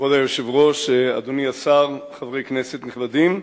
כבוד היושב-ראש, אדוני השר, חברי כנסת נכבדים,